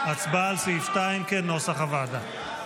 הצבעה על סעיף 2 כנוסח הוועדה.